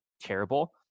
terrible